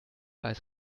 eis